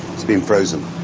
it's been frozen.